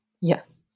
Yes